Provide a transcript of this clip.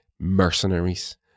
mercenaries